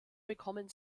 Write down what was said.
bekommen